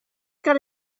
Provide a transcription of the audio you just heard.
got